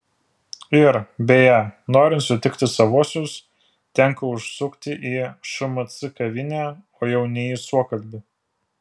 ir beje norint susitikti savuosius tenka užsukti į šmc kavinę o jau ne į suokalbį